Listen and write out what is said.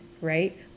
Right